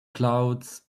clouds